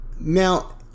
now